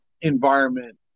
environment